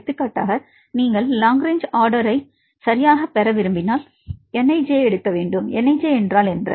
எடுத்துக்காட்டாக நீங்கள் long range order சரியாக பெற விரும்பினால் nij என்றால் என்ன